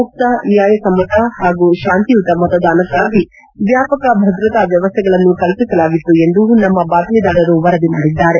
ಮುಕ್ತ ನ್ಯಾಯಸಮ್ಮತ ಹಾಗೂ ಶಾಂತಿಯುತ ಮತದಾನಕ್ಕಾಗಿ ವ್ಯಾಪಕ ಭದ್ರತಾ ವ್ಯವಸ್ಥೆಗಳನ್ನು ಕಲ್ಪಿಸಲಾಗಿತ್ತು ಎಂದು ನಮ್ಮ ಬಾತ್ಮಿದಾರರು ವರದಿ ಮಾಡಿದ್ದಾರೆ